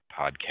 Podcast